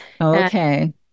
Okay